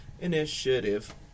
initiative